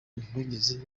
ntibigeze